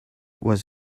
was